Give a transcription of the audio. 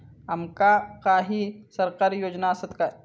आमका काही सरकारी योजना आसत काय?